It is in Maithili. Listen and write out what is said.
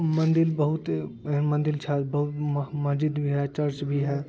मन्दिर बहुत मन्दिर छथि बहुत मस्जिद भी है चर्च भी है